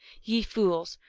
ye fools,